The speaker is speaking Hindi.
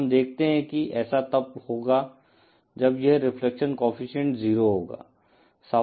और हम देखते हैं कि ऐसा तब होगा जब यह रिफ्लेक्शन कोएफ़िशिएंट 0 होगा